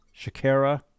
Shakira